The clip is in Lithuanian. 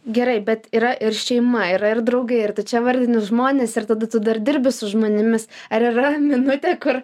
gerai bet yra ir šeima yra ir draugai ir tu čia vardini žmonės ir tada tu dar dirbi su žmonėmis ar yra minutė kur